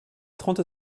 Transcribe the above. trente